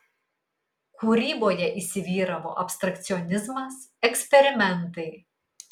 kūryboje įsivyravo abstrakcionizmas eksperimentai